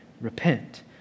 Repent